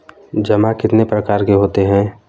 जमा कितने प्रकार के होते हैं?